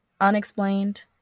Unexplained